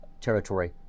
territory